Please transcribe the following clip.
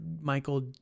Michael